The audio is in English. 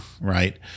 Right